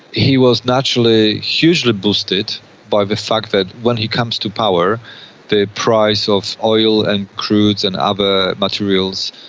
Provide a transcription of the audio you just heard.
he was naturally hugely boosted by the fact that when he comes to power the price of oil and crudes and other materials,